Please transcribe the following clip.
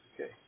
Okay